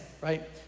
right